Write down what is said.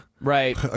Right